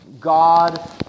God